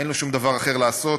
אין לו שום דבר אחר לעשות,